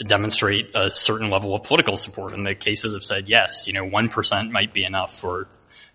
to demonstrate a certain level of political support in the cases of said yes you know one percent might be enough for